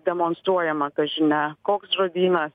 demonstruojama kaži ne koks žodynas